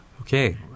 Okay